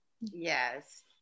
yes